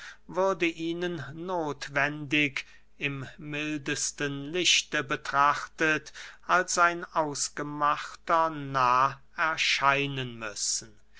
würde ihnen nothwendig im mildesten lichte betrachtet als ein ausgemachter narr erscheinen müssen